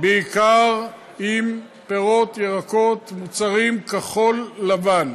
בעיקר עם פירות, ירקות, מוצרים כחול-לבן.